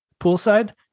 poolside